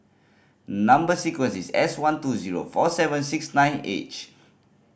number sequence is S one two zero four seven six nine H